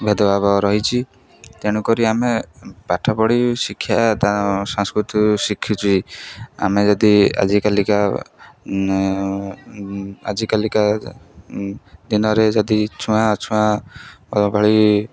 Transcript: ଭେଦଭାବ ରହିଚି ତେଣୁ କରି ଆମେ ପାଠ ପଢ଼ି ଶିକ୍ଷା ତ ସଂସ୍କୃତି ଶିଖୁଛି ଆମେ ଯଦି ଆଜିକାଲିକା ଆଜିକାଲିକା ଦିନରେ ଯଦି ଛୁଆଁ ଅଛୁଆଁ ଭଳି